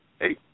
hey